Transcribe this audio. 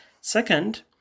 Second